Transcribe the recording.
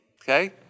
Okay